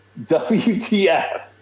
WTF